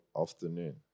afternoon